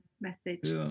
message